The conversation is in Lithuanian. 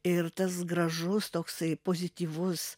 ir tas gražus toksai pozityvus